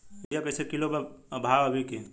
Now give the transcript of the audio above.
Urea कइसे kilo बा भाव अभी के?